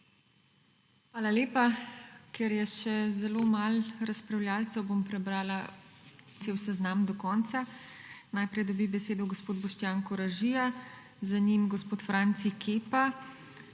HEFERLE:** Ker je še zelo malo razpravljavcev, bom prebrala cel seznam do konca. Najprej dobi besedo gospod Boštjan Koražijo, za njim Franci Kepa,